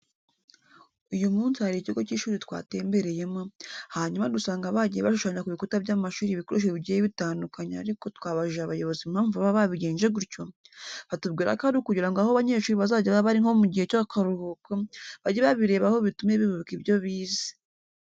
Uyu munsi hari ikigo cy'ishuri twatembereyemo, hanyuma dusanga bagiye bashushanya ku bikuta by'amashuri ibikorsesho bigiye bitandukanye ariko twabajije abayobozi impamvu baba babigenje gutyo, batubwira ko ari ukugira ngo aho abanyeshuri bazajya baba bari nko mu gihe cy'akaruhuko, bajye babirebaho bitume bibuka ibyo bize.